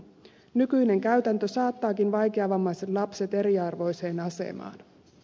nykyinen käytäntö saattaakin vaikeavammaiset lapset eriarvoiseen asemaan